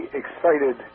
excited